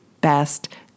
best